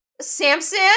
Samson